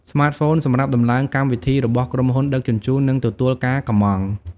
ស្មាតហ្វូនសម្រាប់ដំឡើងកម្មវិធីរបស់ក្រុមហ៊ុនដឹកជញ្ជូន និងទទួលការកម្ម៉ង់។